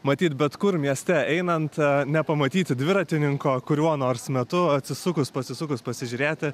matyt bet kur mieste einant nepamatyti dviratininko kuriuo nors metu atsisukus pasisukus pasižiūrėti